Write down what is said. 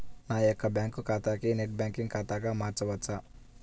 నా యొక్క బ్యాంకు ఖాతాని నెట్ బ్యాంకింగ్ ఖాతాగా మార్చవచ్చా?